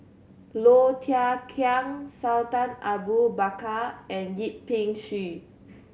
Low Thia Khiang Sultan Abu Bakar and Yip Pin Xiu